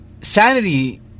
Sanity